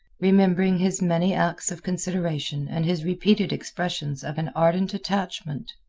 remembering his many acts of consideration and his repeated expressions of an ardent attachment.